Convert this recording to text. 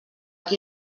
qui